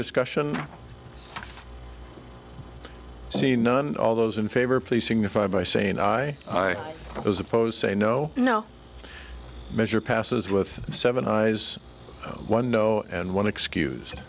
discussion seen none of those in favor of placing the five by saying i was opposed say no no measure passes with seven eyes one no and one excuse